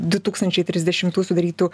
du tūkstančiai trisdešimtų sudarytų